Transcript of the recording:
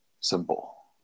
simple